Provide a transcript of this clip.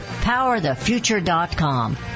PowerTheFuture.com